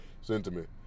sentiment